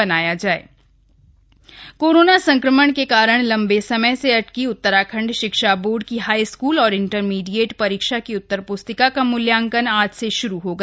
board परीक्षा corona संक्रमण के कारण लम्बे समय से अटकी उत्तराखंड शिक्षा बोर्ड की हाईस्कूल और इंटरमीडिएट परीक्षा की उत्तर प्स्तिका का मूल्यांकन कार्य आज से श्रू हो गया